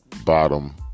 bottom